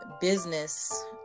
business